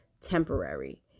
temporary